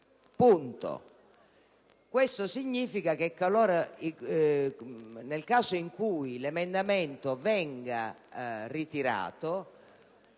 Ciò significa che nel caso in cui l'emendamento venga ritirato